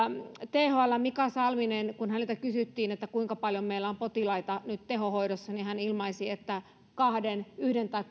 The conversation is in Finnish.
thln mika salminen ilmaisi kun häneltä kysyttiin kuinka paljon meillä on potilaita nyt tehohoidossa että yhdellä tai